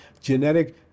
genetic